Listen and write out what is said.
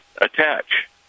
attach